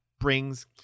brings